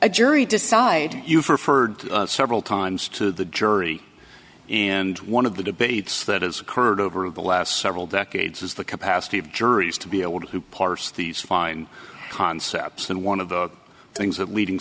a jury decide you for ferde several times to the jury and one of the debates that has occurred over the last several decades is the capacity of juries to be able to parse these fine concepts and one of the things that leading